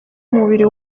umubiri